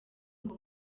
ngo